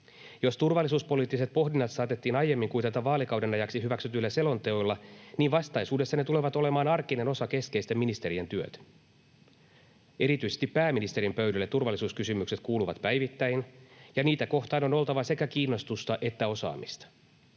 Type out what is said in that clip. Jos turvallisuuspoliittiset pohdinnat saatettiin aiemmin kuitata vaalikauden ajaksi hyväksytyillä selonteoilla, niin vastaisuudessa ne tulevat olemaan arkinen osa keskeisten ministerien työtä. Erityisesti pääministerin pöydälle turvallisuuskysymykset kuuluvat päivittäin, ja niitä kohtaan on oltava sekä kiinnostusta että osaamista.